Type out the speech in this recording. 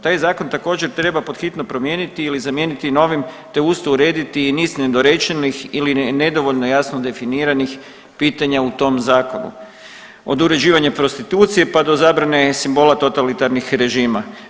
Taj zakon također treba pod hitno promijeniti ili zamijeniti novim te uz to urediti i niz nedorečenih ili nedovoljno jasno definiranih pitanja u tom zakonu, od uređivanja prostitucije pa do zabrane simbola totalitarnih režima.